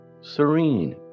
serene